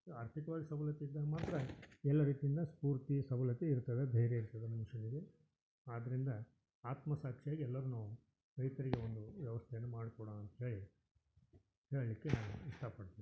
ಆರ್ಥಿಕವಾಗಿ ಸಬಲತೆ ಇದ್ದಾಗ ಮಾತ್ರ ಎಲ್ಲ ರೀತಿಯಿಂದ ಸ್ಪೂರ್ತಿ ಸಬಲತೆ ಇರ್ತದೆ ಧೈರ್ಯ ಇರ್ತದೆ ಮನುಷ್ಯನಿಗೆ ಆದ್ದರಿಂದ ಆತ್ಮಸಾಕ್ಷಿಯಾಗಿ ಎಲ್ಲರನ್ನೂ ರೈತರಿಗೆ ಒಂದು ವ್ಯವಸ್ಥೆಯನ್ನು ಮಾಡ್ಕೊಡೋಣ ಅಂತೇಳಿ ಹೇಳಲಿಕ್ಕೆ ನಾನು ಇಷ್ಟಪಡ್ತೀನಿ